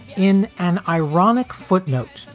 in an ironic footnote,